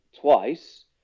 twice